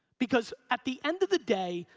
because at the end of the day,